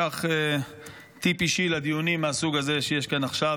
קח טיפ אישי לדיונים מהסוג הזה שיש כאן עכשיו,